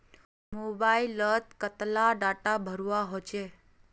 Mobile लोत कतला टाका भरवा होचे?